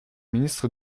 ministre